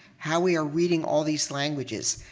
how we are reading all these languages.